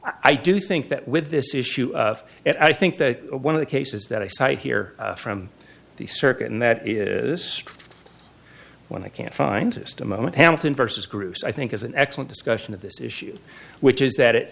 i do think that with this issue i think that one of the cases that i cite here from the circuit and that is when i can't find just a moment hamilton versus groups i think is an excellent discussion of this issue which is that it